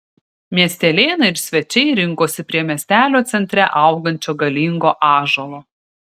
miestelėnai ir svečiai rinkosi prie miestelio centre augančio galingo ąžuolo